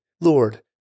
Lord